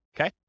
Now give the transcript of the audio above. okay